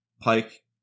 pike